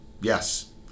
yes